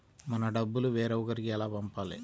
మన డబ్బులు వేరొకరికి ఎలా పంపాలి?